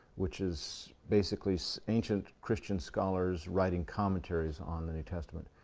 which is basically so ancient christian scholars. writing commentaries on the new testament.